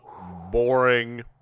boring